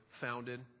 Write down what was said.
founded